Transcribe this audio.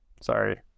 Sorry